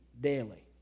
daily